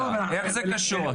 איך זה קשור עכשיו?